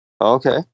Okay